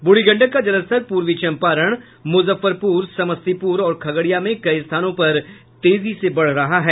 बूढ़ी गंडक का जलस्तर पूर्वी चंपारण मुजफ्फरपुर समस्तीपुर और खगड़िया में कई स्थानों पर तेजी से बढ़ रहा है